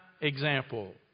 example